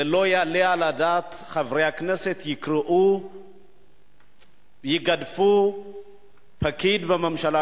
זה לא יעלה על הדעת שחברי הכנסת יקראו ויגדפו פקיד בממשלה,